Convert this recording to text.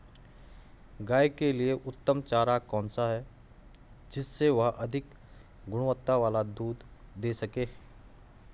गाय के लिए उत्तम चारा कौन सा है जिससे वह अधिक गुणवत्ता वाला दूध दें सके?